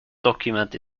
document